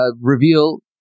reveal